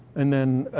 and then,